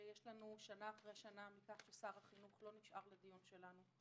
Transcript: שיש לנו שנה אחרי שנה מכך ששר החינוך לא נשאר לדיון שלנו.